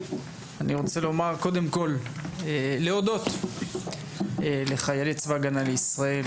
אני רוצה לומר קודם כל להודות לחיילי צבא הגנה לישראל,